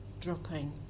dropping